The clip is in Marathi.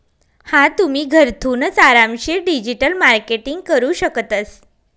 हा तुम्ही, घरथूनच आरामशीर डिजिटल मार्केटिंग करू शकतस